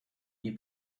nie